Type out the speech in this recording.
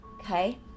Okay